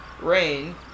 Rain